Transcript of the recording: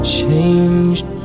changed